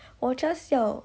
我 just 要